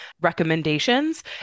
recommendations